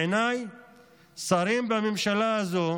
בעיני שרים בממשלה הזו